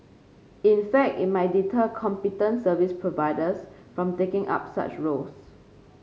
in fact it might deter competent service providers from taking up such roles